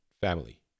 family